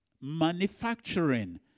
manufacturing